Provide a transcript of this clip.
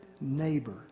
neighbor